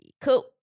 Cool